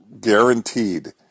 guaranteed